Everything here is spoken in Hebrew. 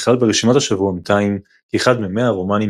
נכלל ברשימת השבועון "טיים" כאחד ממאה הרומנים